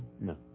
No